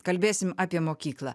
kalbėsim apie mokyklą